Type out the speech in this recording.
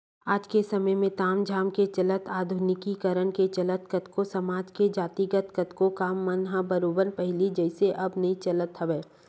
आज के समे ताम झाम के चलत आधुनिकीकरन के चलत कतको समाज के जातिगत कतको काम मन ह बरोबर पहिली जइसे अब नइ चलत हवय